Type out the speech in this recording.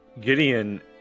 Gideon